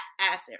asset